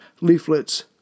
Leaflet's